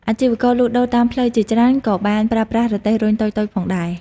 អាជីវករលក់ដូរតាមផ្លូវជាច្រើនក៏បានប្រើប្រាស់រទេះរុញតូចៗផងដែរ។